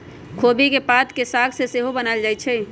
खोबि के पात के साग सेहो बनायल जाइ छइ